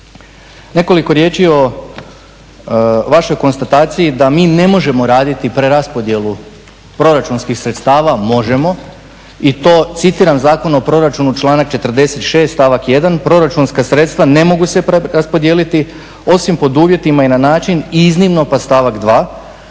Nekoliko riječi o vašoj konstataciji da mi ne možemo raditi preraspodjelu proračunskih sredstava, možemo, i to, citiram, Zakon o proračunu, članak 46., stavak 1, proračunska sredstava ne mogu se preraspodijeliti, osim pod uvjetima i na način, iznimno, pa stavak 2,